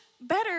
better